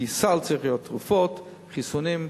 כי סל צריך להיות תרופות, החיסונים,